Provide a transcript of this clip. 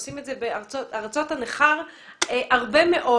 עושים את זה בארצות העולם הרבה מאוד.